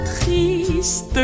triste